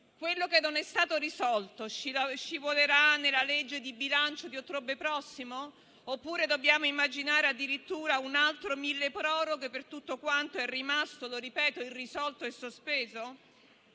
Quello che non è stato risolto scivolerà nella legge di bilancio dell'ottobre prossimo, oppure dobbiamo immaginare addirittura un altro milleproroghe per tutto quanto è rimasto irrisolto e sospeso?